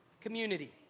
Community